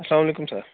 اَلسلامُ علیکُم سَر